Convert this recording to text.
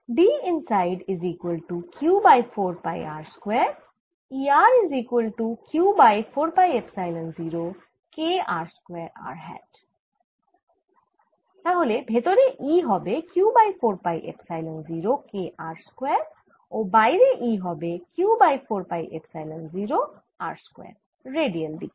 তাহলে ভেতরে E হবে Q by 4 pi epsilon 0 K r স্কয়ারও বাইরে E হবে Q by 4 pi epsilon 0 r square radial দিকে